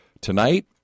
tonight